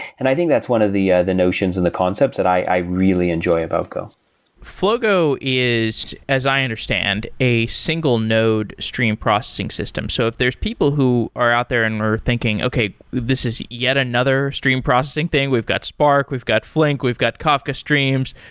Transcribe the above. and i think that's one of the notions and the concepts that i really enjoy about go flogo is as i understand, a single node stream processing system. so if there's people who are out there and are thinking, okay, this is yet another stream processing thing. we've got spark, we've got flink, we've got kafka streams.